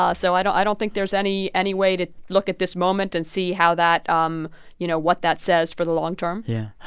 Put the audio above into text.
ah so i don't i don't think there's any any way to look at this moment and see how that um you know, what that says for the long term yeah.